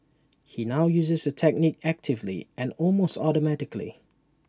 he now uses the technique actively and almost automatically